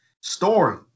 story